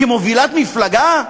כמובילת מפלגה,